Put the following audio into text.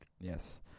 yes